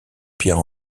pierre